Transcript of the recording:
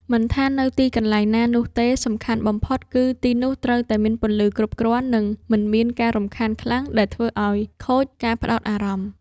មិនថានៅទីកន្លែងណានោះទេ សំខាន់បំផុតគឺទីនោះត្រូវតែមានពន្លឺគ្រប់គ្រាន់ និងមិនមានការរំខានខ្លាំងដែលធ្វើឱ្យខូចការផ្ដោតអារម្មណ៍។